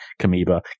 Kamiba